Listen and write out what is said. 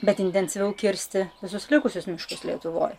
bet intensyviau kirsti visus likusius miškus lietuvoj